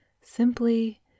simply